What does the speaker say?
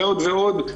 ועוד ועוד,